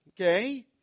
Okay